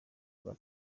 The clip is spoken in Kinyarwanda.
bwa